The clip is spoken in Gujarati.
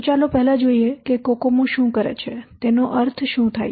તો ચાલો પહેલા જોઈએ કે કોકોમો શું કરે છે તેનો અર્થ શું થાય છે